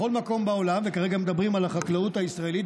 בכל מקום בעולם וכרגע מדברים על החקלאות הישראלית,